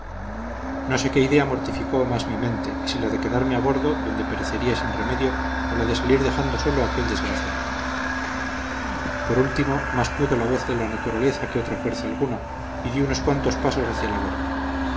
no sé qué idea mortificó más mi mente si la de quedarme a bordo donde perecería sin remedio o la de salir dejando solo a aquel desgraciado por último más pudo la voz de la naturaleza que otra fuerza alguna y di unos cuantos pasos hacia la borda